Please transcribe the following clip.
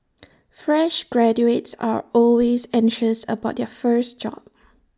fresh graduates are always anxious about their first job